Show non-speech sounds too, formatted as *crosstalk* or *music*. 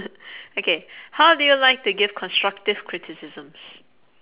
*noise* okay how do you like to give constructive criticisms